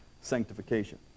sanctification